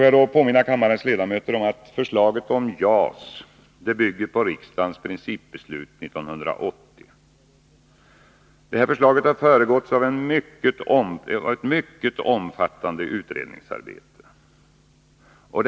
Jag vill påminna kammarens ledamöter om att förslaget om JAS bygger på riksdagens principbeslut 1980. Detta förslag har föregåtts av ett mycket omfattande utredningsarbete.